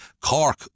Cork